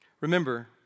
Remember